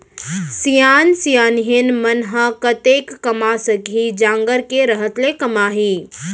सियान सियनहिन मन ह कतेक कमा सकही, जांगर के रहत ले कमाही